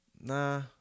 Nah